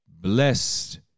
Blessed